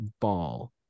Ball